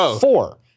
four